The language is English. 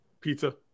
Pizza